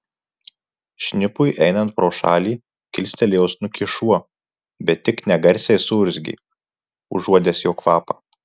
šnipui einant pro šalį kilstelėjo snukį šuo bet tik negarsiai suurzgė užuodęs jo kvapą